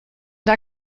der